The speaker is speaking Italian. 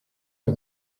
era